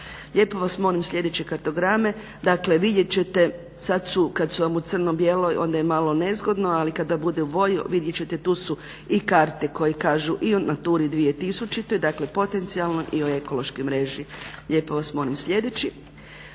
Lijepo vas molim sljedeće kartograme. Dakle vidjet ćete sada kada su u crno bijeloj onda je malo nezgodno ali kada bude u boji vidjet ćete tu su i karte koje kaže i o NATURI 2000 dakle potencijalno i o ekološkoj mreži. Lijepo vas molim sljedeći.